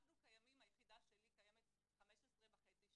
היחידה שלי קיימת 15 שנים וחצי